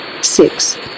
six